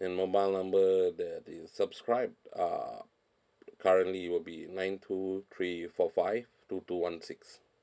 and mobile number that is subscribe uh currently it'll be nine two three four five two two one six